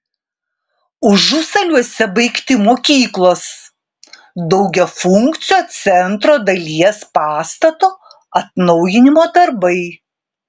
užusaliuose baigti mokyklos daugiafunkcio centro dalies pastato atnaujinimo darbai